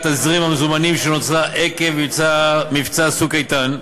תזרים המזומנים שנוצרה עקב מבצע "צוק איתן",